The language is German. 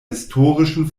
historischen